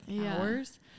hours